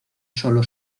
solo